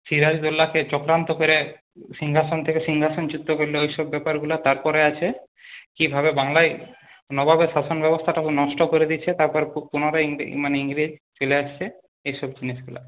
সিরাজদ্দৌল্লাকে চক্রান্ত করে সিংহাসন থেকে সিংহাসনচ্যুত করল ওই সব ব্যাপারগুলো তার পরে আছে কীভাবে বাংলায় নবাবের শাসনব্যবস্থাটাকে নষ্ট করে দিচ্ছে তারপর পুনরায় মানে ইংরেজ চলে আসছে এই সব জিনিসগুলো